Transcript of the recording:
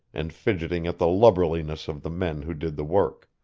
and fidgeting at the lubberliness of the men who did the work.